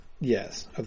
Yes